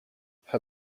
her